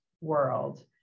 world